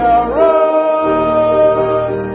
arose